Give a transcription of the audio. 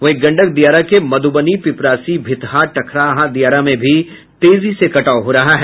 वहीं गंडक दियारा के मध्रबनी पिपरासी भीतहा ठकराहा दियारा में भी तेजी से कटाव हो रहा है